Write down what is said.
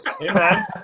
Amen